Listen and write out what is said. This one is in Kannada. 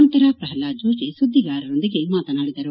ನಂತರ ಪ್ರಹ್ಲಾದ್ ಜೋಷಿಸುದ್ದಿಗಾರರೊಂದಿಗೆ ಮಾತನಾಡಿದರು